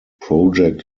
project